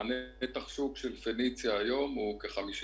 נתח השוק של "פניציה" היום הוא כ-50%.